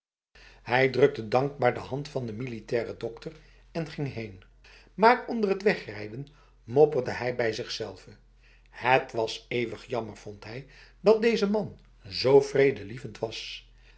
hij drukte dankbaar de hand van de militaire dokter en ging heen maar onder het wegrijden mopperde hij bij zichzelve het was eeuwig jammer vond hij dat deze man zo vredelievend was